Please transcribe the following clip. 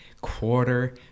quarter